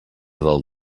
del